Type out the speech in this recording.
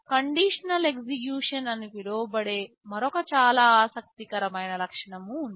conditional execution అని పిలువబడే మరొక చాలా ఆసక్తికరమైన లక్షణం ఉంది